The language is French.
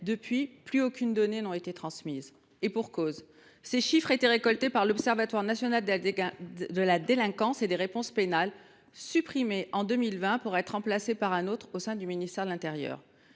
Depuis, plus aucune donnée n’a été transmise, et pour cause : les chiffres d’agressions étaient récoltés par l’Observatoire national de la délinquance et des réponses pénales (ONDRP), supprimé en 2020 pour être remplacé par un autre observatoire au sein du ministère de l’intérieur.